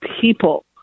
people